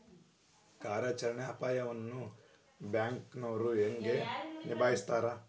ಕಾರ್ಯಾಚರಣೆಯ ಅಪಾಯವನ್ನ ಬ್ಯಾಂಕನೋರ್ ಹೆಂಗ ನಿಭಾಯಸ್ತಾರ